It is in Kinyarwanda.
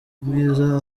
bwiza